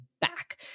back